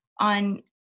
on